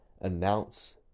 announce